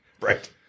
Right